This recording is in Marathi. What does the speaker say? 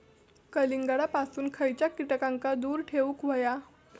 कलिंगडापासून खयच्या कीटकांका दूर ठेवूक व्हया?